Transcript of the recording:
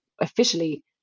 officially